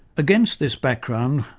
against this background,